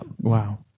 Wow